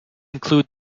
include